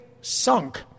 sunk